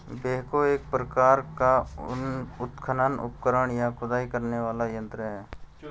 backhoe एक प्रकार का उत्खनन उपकरण, या खुदाई करने वाला यंत्र है